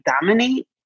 dominate